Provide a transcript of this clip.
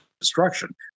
destruction